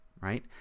right